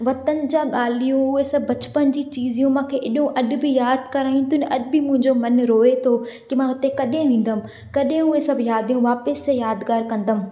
वतन जा ॻाल्हियूं उहे सभु बचपन जी चीज़ियूं मूंखे एॾो अॼु बि यादि कराइनि थियूं अॼु बि मुंहिंजो मन रोए थो कि मां हुते कॾहिं ईंदमि कॾहिं उहे सभु यादियूं वापसि से यादगार कंदमि